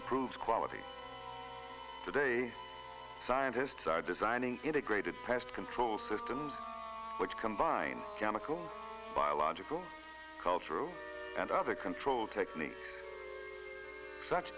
improved quality today scientists are designing integrated pest control systems which combine chemical biological cultural and other control techniques such